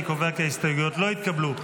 אני קובע כי ההסתייגויות לא התקבלו.